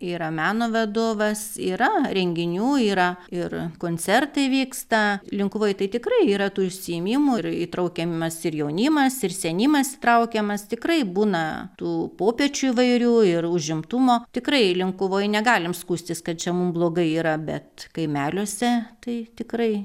yra meno vadovas yra renginių yra ir koncertai vyksta linkuvoj tai tikrai yra tų užsiėmimų ir įtraukiamas ir jaunimas ir senimas įtraukiamas tikrai būna tų popiečių įvairių ir užimtumo tikrai linkuvoj negalim skųstis kad čia mum blogai yra bet kaimeliuose tai tikrai